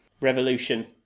Revolution